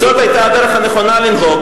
זו היתה הדרך הנכונה לנהוג.